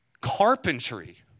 Carpentry